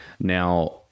Now